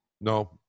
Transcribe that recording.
No